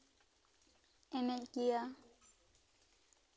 ᱮᱱᱮᱡ ᱜᱮᱭᱟ